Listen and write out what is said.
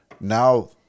now